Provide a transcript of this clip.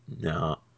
No